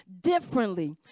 differently